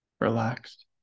relaxed